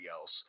else